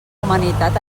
humanitat